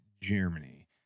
Germany